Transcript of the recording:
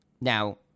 Now